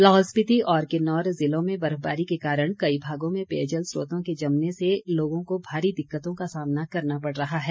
लाहौल स्पीति और किन्नौर ज़िलों में बर्फबारी के कारण कई भागों में पेयजल स्रोतों के जमने से लोगों को भारी दिक्कतों का सामना करना पड़ रहा है